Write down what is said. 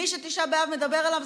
מי שתשעה באב מדבר אליו,